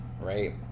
right